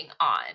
on